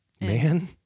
man